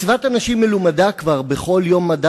מצוות אנשים מלומדה כבר בכל יום מדע,